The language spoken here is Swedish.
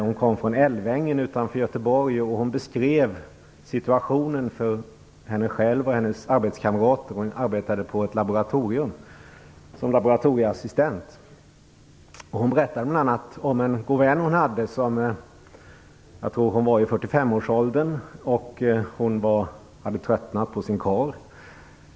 Hon kommer från Älvängen utanför Göteborg, och hon beskrev situationen för sig själv och sina arbetskamrater. Hon arbetar på ett laboratorium som laboratorieassistent. Hon berättade bl.a. om en god vän, jag tror hon var i 45-årsåldern, som hade tröttnat på sin karl.